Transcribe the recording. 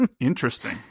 Interesting